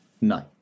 No